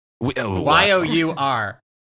y-o-u-r